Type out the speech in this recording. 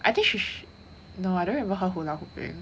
I think she no I don't remember her hula hooping